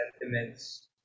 sentiments